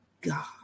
God